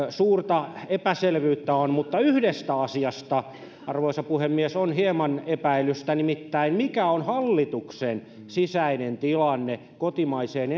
suurta epäselvyyttä on mutta yhdestä asiasta arvoisa puhemies on hieman epäilystä nimittäin mikä on hallituksen sisäinen tilanne kotimaiseen